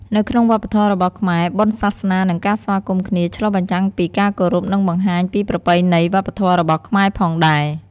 នៅក្នុងវប្បធម៌របស់ខ្មែរបុណ្យសាសនានិងការស្វាគមន៍គ្នា ឆ្លុះបញ្ចាំងពីការគោរព និងបង្ហាញពីប្រពៃណីវប្បធម៌របស់ខ្មែរផងដែរ។